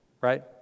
right